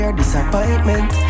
disappointment